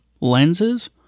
lenses